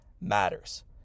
matters